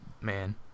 man